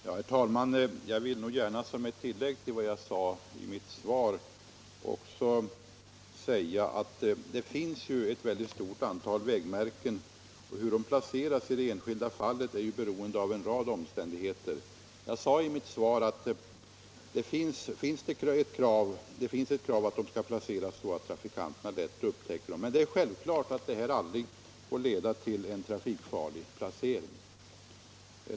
Herr talman! Jag vill gärna som ett tillägg till vad jag sade i mitt svar framhålla att det finns ett mycket stort antal vägmärken. Hur de placeras i de enskilda fallen är ju beroende av en rad omständigheter. Som jag sade i interpellationssvaret finns det ett krav att de skall placeras så att trafikanterna lätt upptäcker dem, men det är självklart att detta aldrig får leda till en trafikfarlig placering.